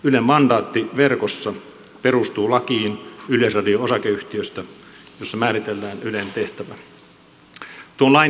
ylen mandaatti verkossa perustuu lakiin yleisradio osakeyhtiöstä jossa määritellään ylen tehtävä